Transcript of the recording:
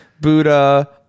buddha